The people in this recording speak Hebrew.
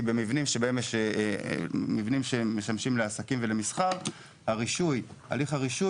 כי במבנים שמשמשים לעסקים ומסחר הליך הרישוי